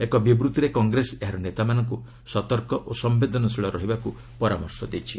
ଏକ ବିବୃଭିରେ କଂଗ୍ରେସ ଏହାର ନେତାମାନଙ୍କୁ ସତର୍କ ଓ ସମ୍ପେଦନଶୀଳ ରହିବାକୁ ପରାମର୍ଶ ଦେଇଛି